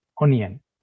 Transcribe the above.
onion